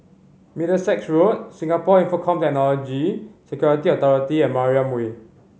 Middlesex Road Singapore Infocomm Technology Security Authority and Mariam Way